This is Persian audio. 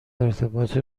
ارتباط